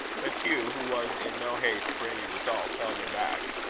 but hugh, who was in no haste for any result, held her back.